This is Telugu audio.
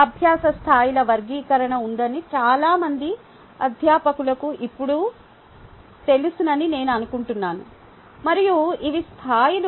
అభ్యాస స్థాయిల వర్గీకరణ ఉందని చాలా మంది అధ్యాపకులకు ఇప్పుడు తెలుసునని నేను అనుకుంటున్నాను మరియు ఇవి స్థాయిలు